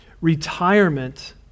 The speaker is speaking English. retirement